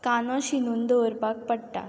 कांदो शिनून दवरपाक पडटा